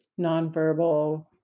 nonverbal